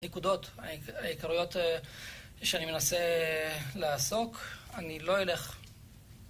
נקודות, העיקרויות שאני מנסה לעסוק, אני לא אלך